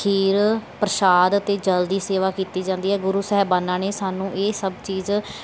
ਖੀਰ ਪ੍ਰਸ਼ਾਦ ਅਤੇ ਜਲ ਦੀ ਸੇਵਾ ਕੀਤੀ ਜਾਂਦੀ ਹੈ ਗੁਰੂ ਸਾਹਿਬਾਨਾਂ ਨੇ ਸਾਨੂੰ ਇਹ ਸਭ ਚੀਜ਼